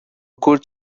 could